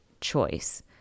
choice